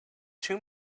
too